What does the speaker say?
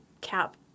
cap